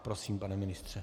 Prosím, pane ministře.